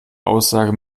aussage